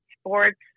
sports